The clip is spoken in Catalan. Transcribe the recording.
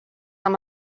amb